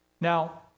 Now